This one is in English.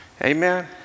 amen